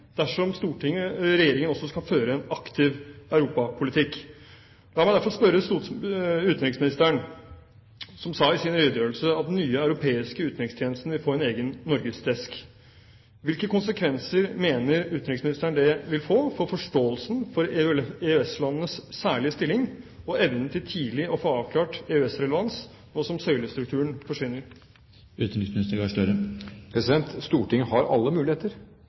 dersom Stortinget og også Regjeringen skal føre en aktiv europapolitikk. La meg derfor spørre utenriksministeren, som sa i sin redegjørelse at den nye europeiske utenrikstjenesten vil få en egen norgesdesk. Hvilke konsekvenser mener utenriksministeren det vil få for forståelsen for EØS-landenes særlige stilling og evnen til tidlig å få avklart EØS-relevans, nå som søylestrukturen forsvinner? Stortinget har alle muligheter. Stortinget har all rett, og de kan diskutere alle